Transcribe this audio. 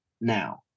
now